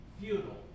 futile